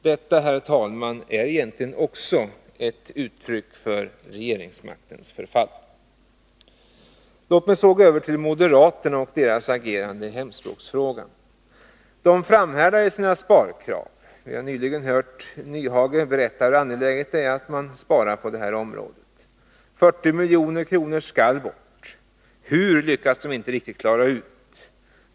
Detta, herr talman, är i själva verket också ett uttryck för regeringsmaktens förfall. Låt mig så gå över till moderaterna och deras agerande i hemspråksfrågan. De framhärdar i sina sparkrav. Vi har nyligen hört Hans Nyhage berätta om hur angeläget det är att spara på detta område. 40 milj.kr. skall bort. Hur lyckas moderaterna inte riktigt klara ut.